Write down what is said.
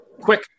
Quick